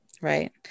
Right